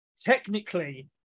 technically